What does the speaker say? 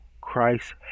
Christ